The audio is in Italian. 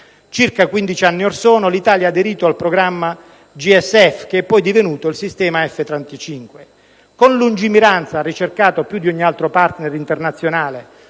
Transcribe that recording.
Circa quindici anni or sono l'Italia ha aderito al programma GSF, poi divenuto il sistema F-35. Con lungimiranza ha ricercato, più di ogni altro *partner* internazionale,